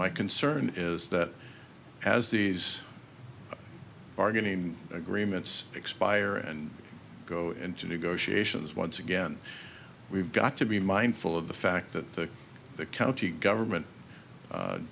my concern is that as these bargaining agreements expire and go into negotiations once again we've got to be mindful of the fact that the county government